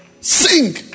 sing